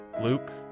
Luke